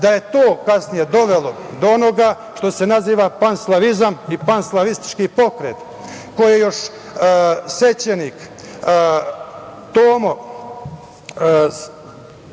da je to kasnije dovelo do onoga što se naziva panslavizam i panslavistički pokret, koji je još sveštenik Tomo,